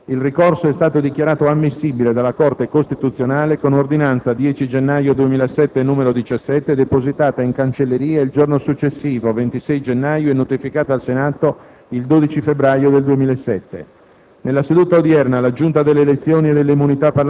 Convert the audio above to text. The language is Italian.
Il ricorso è stato dichiarato ammissibile dalla Corte costituzionale con ordinanza 10 gennaio 2007, n. 17, depositata in cancelleria il successivo 26 gennaio e notificata al Senato il 12 febbraio 2007.